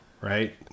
right